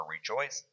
Rejoice